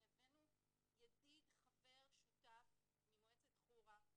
הניידת עוסקת בנושאים אחרים.